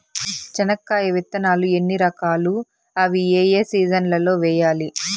చెనక్కాయ విత్తనాలు ఎన్ని రకాలు? అవి ఏ ఏ సీజన్లలో వేయాలి?